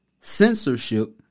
censorship